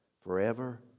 forever